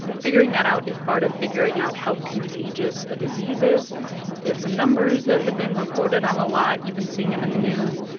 figuring that out is part of figuring out how contagious a disease is. there are some numbers that have been reported on a lot. you've been seeing them in the news,